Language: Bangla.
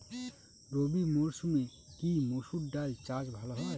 রবি মরসুমে কি মসুর ডাল চাষ ভালো হয়?